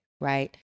Right